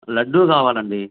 లడ్డు కావాలండి